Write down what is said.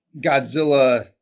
Godzilla